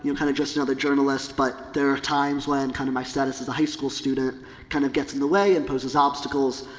you know, kind of just another journalist, but there are times when kind of my status as high school student kind of gets in the way and poses obstacles.